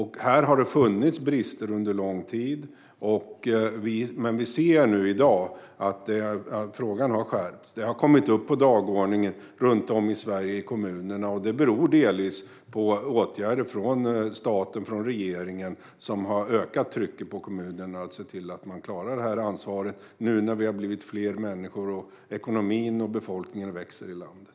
Här har det funnits brister under lång tid, men vi ser nu att frågan har skärpts. Den har kommit upp på dagordningen i kommunerna runt om i Sverige, och det beror delvis på åtgärder från staten och regeringen. Vi har ökat trycket på kommunerna att se till att de klarar att ta ansvaret nu när vi har blivit fler människor och när ekonomin och befolkningen växer i landet.